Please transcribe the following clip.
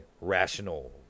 rational